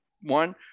one